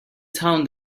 town